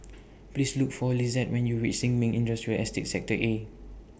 Please Look For Lizette when YOU REACH Sin Ming Industrial Estate Sector A